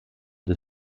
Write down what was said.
des